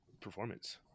performance